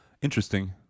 Interesting